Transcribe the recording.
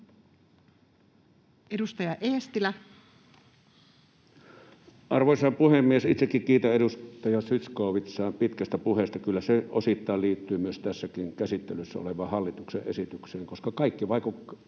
Edustaja Eestilä. Arvoisa puhemies! Itsekin kiitän edustaja Zyskowiczia pitkästä puheesta. Kyllä se osittain liittyy myös tässäkin käsittelyssä olevaan hallituksen esitykseen, koska kaikki vaikuttaa